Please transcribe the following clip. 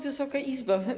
Wysoka Izbo!